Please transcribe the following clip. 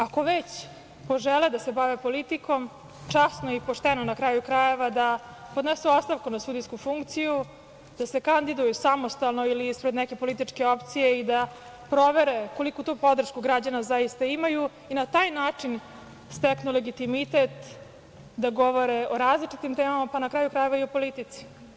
Ako već, požele da se bave politikom časno i pošteno na kraju krajeva da podnesu ostavku na sudijsku funkciju, da se kandiduju samostalno ili ispred neke političke opcije i da provere koliku tu podršku građana zaista imaju i na taj način steknu legitimitet da govore o različitim tamama, pa na kraju krajeva i o politici.